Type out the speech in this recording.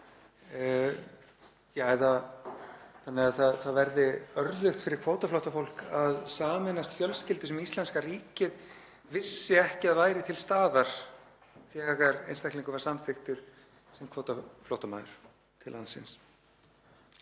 þannig að það verði örðugt fyrir kvótaflóttafólk að sameinast fjölskyldum sem íslenska ríkið vissi ekki að væru til staðar þegar einstaklingur var samþykktur sem kvótaflóttamaður til landsins.